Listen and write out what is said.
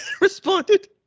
responded